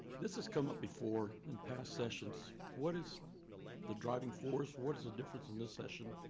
this has come up before in past sessions. what is the driving force? what is the difference in this session?